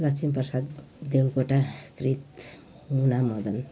लक्ष्मीप्रसाद देवकोटा कृत मुना मदन